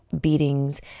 beatings